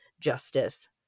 justice